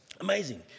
Amazing